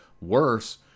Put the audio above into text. worse